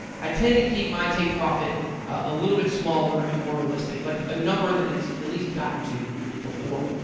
i tend to keep my take-profit a little bit smaller and more realistic like a number that it's at least gotten to before.